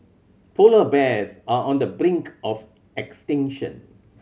polar bears are on the brink of extinction